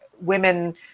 women